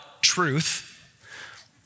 truth